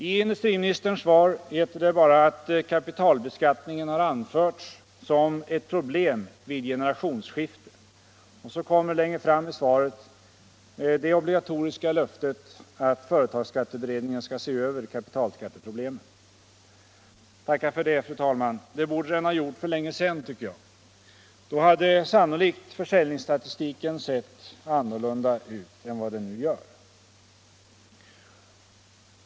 I industriministerns svar heter det bara att kapitalbeskattningen har anförts som ett problem vid generationsskiften. Och så kommer längre fram i svaret det obligatoriska löftet att företagsskatteberedningen skall se över kapitalskatteproblemen. Tacka för det, fru talman! Det borde ha gjorts för länge sedan! Då hade sannolikt försäljningsstatistiken sett annorlunda ut än vad den nu gör.